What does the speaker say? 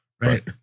right